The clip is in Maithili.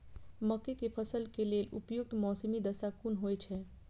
मके के फसल के लेल उपयुक्त मौसमी दशा कुन होए छै?